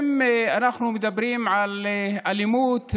אם אנחנו מדברים על אלימות,